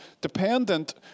dependent